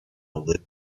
live